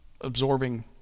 absorbing